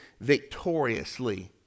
victoriously